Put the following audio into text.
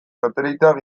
sateliteak